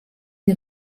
the